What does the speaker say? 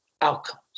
outcomes